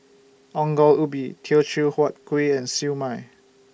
Ongol Ubi Teochew Huat Kuih and Siew Mai